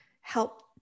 help